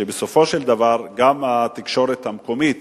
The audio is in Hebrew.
שבסופו של דבר גם התקשורת המקומית